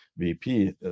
VP